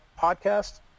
podcast